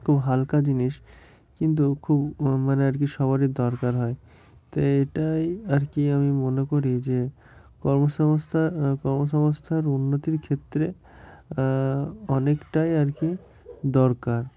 খুব হালকা জিনিস কিন্তু খুব মানে আর কি সবারই দরকার হয় তো এটাই আর কি আমি মনে করি যে কর্মসংস্থা কর্মসংস্থার উন্নতির ক্ষেত্রে অনেকটাই আর কি দরকার